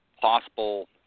possible